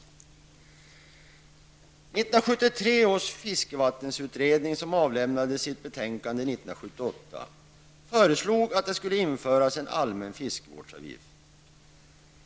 1973 års fiskevattensutredning, som avlämnade sitt betänkande 1978, föreslog att det skulle införas en allmän fiskevårdsavgift.